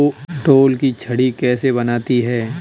ढोल की छड़ी कैसे बनती है?